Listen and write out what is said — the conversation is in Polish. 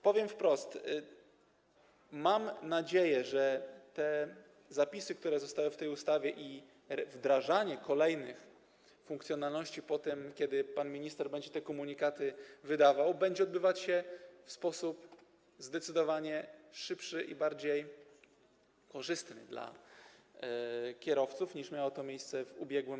Powiem wprost: Mam nadzieję, że zapisy, które znalazły się w tej ustawie, i wdrażanie kolejnych funkcjonalności po tym, kiedy pan minister będzie te komunikaty wydawał, będzie odbywać się w sposób zdecydowanie szybszy i korzystniejszy dla kierowców, niż miało to miejsce w roku ubiegłym.